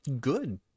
good